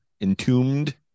Entombed